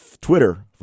Twitter